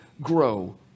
grow